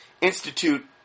institute